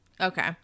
Okay